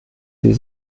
sie